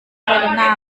karena